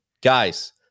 Guys